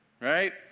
right